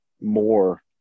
more